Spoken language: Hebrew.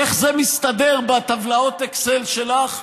איך זה מסתדר בטבלאות האקסל שלך?